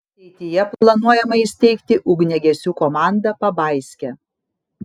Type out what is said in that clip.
ateityje planuojama įsteigti ugniagesių komandą pabaiske